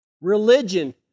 Religion